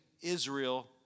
Israel